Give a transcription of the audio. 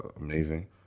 amazing